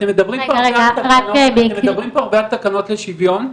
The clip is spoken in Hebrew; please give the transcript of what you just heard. אתם מדברים פה הרבה על תקנות לשיוויון.